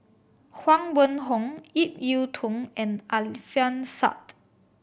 Huang Wenhong Ip Yiu Tung and Alfian Sa'at